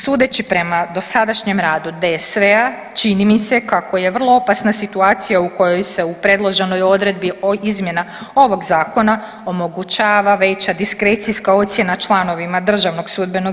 Sudeći prema dosadašnjem radu DSV-a čini mi se kako je vrlo opasna situacija u kojoj se u predloženoj odredbi izmjena ovog zakona omogućava veća diskrecijska ocjena članovima DSV-a.